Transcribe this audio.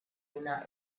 una